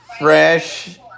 fresh